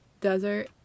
desert